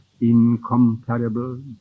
incomparable